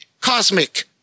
Cosmic